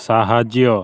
ସାହାଯ୍ୟ